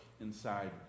inside